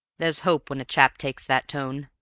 there's hope when a chap takes that tone.